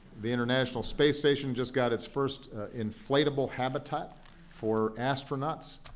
the international space station just got its first inflatable habitat for astronauts.